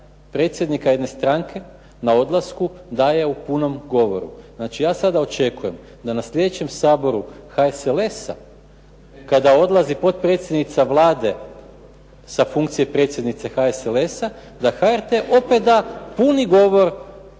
predsjednika jedne stranke na odlasku daje u punom govoru. Znači ja sada očekujem da na slijedećem Saboru HSLS-a kada odlazi potpredsjednica Vlade sa funkcije predsjednice HSLS-a da HRT opet da puni govor